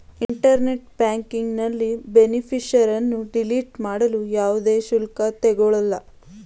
internet ಬ್ಯಾಂಕಿಂಗ್ನಲ್ಲಿ ಬೇನಿಫಿಷರಿನ್ನ delete ಮಾಡಲು ಯಾವುದೇ ಶುಲ್ಕ ತಗೊಳಲ್ಲ